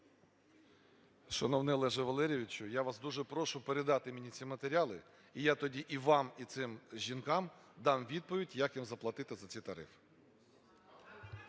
Шановний Олеже Валерійовичу, я вас дуже прошу передати мені ці матеріали, і я тоді і вам, і цим жінкам дам відповідь, як їм заплатити за ці тарифи.